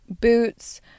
boots